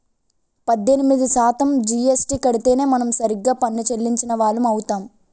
పద్దెనిమిది శాతం జీఎస్టీ కడితేనే మనం సరిగ్గా పన్ను చెల్లించిన వాళ్లం అవుతాం